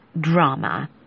drama